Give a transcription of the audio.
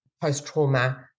post-trauma